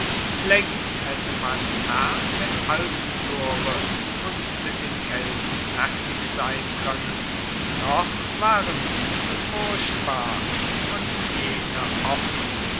laengst haette man herr der alpentore und mit den kelten fertig sein koennen noch waren diese furchtbar und jene offen